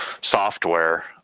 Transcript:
software